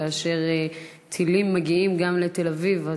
כאשר טילים מגיעים גם לתל-אביב.